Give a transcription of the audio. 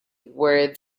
where